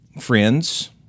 friends